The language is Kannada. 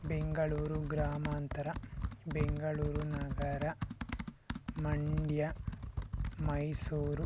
ಬೆಂಗಳೂರು ಗ್ರಾಮಾಂತರ ಬೆಂಗಳೂರು ನಗರ ಮಂಡ್ಯ ಮೈಸೂರು